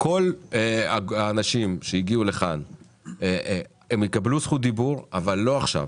שכל האנשים שהגיעו לכאן יקבלו זכות דיבור אבל לא עכשיו.